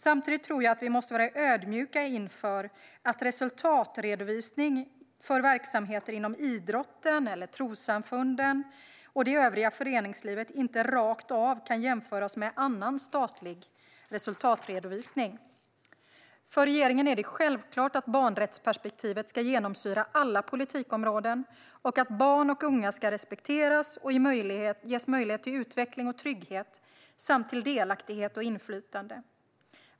Samtidigt tror jag att vi måste vara ödmjuka inför att resultatredovisning för verksamheter inom idrotten, trossamfunden och det övriga föreningslivet inte rakt av kan jämföras med annan statlig resultatredovisning. För regeringen är det självklart att barnrättsperspektivet ska genomsyra alla politikområden och att barn och unga ska respekteras och ges möjlighet till utveckling och trygghet samt delaktighet och inflytande.